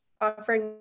offering